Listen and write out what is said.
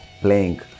playing